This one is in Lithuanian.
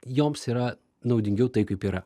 joms yra naudingiau tai kaip yra